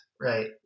right